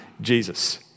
Jesus